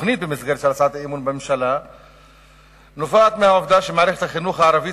התוכנית במסגרת הצעת אי-אמון בממשלה נובעת מהעובדה שמערכת החינוך הערבית